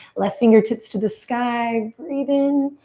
left fingertips to the sky. breathe in.